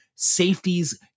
safeties